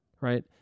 right